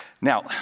Now